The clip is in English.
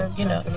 you know.